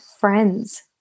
friends